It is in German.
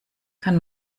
kann